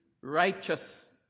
righteous